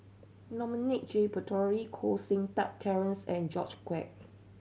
Dominic J Puthucheary Koh Seng Kiat Terence and George Quek